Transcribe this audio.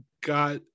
got